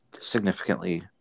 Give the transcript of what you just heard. significantly